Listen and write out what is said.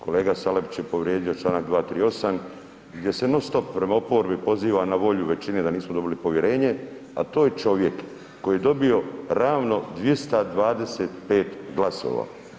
Kolega Salapić je povrijedio čl. 238. gdje se non stop prema oporbi poziva na volju većine da nismo dobili povjerenje, a to je čovjek koji je dobio ravno 225 glasova.